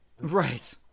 Right